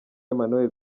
emmanuel